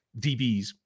DBs